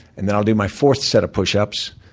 and then i'll do my fourth set of pushups.